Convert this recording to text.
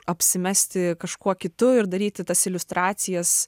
apsimesti kažkuo kitu ir daryti tas iliustracijas